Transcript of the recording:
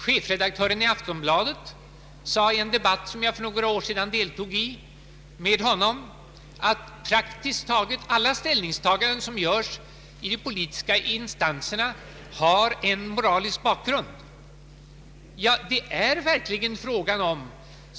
Chefredaktören i Aftonbladet sade i en debatt, som jag för några år sedan deltog i tillsammans med honom, att praktiskt taget alla ställningstaganden som görs i de politiska instanserna har en moralisk bakgrund.